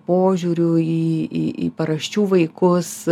požiūriu į į paraščių vaikus